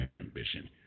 ambition